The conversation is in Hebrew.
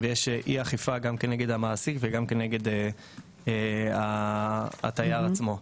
יש אי אכיפה גם כנגד המעסיק וגם כנגד התייר עצמו.